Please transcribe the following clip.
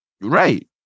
Right